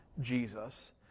Jesus